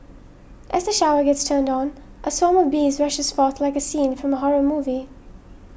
as the shower gets turned on a swarm of bees rushes forth like a scene from a horror movie